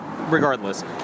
regardless